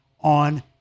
on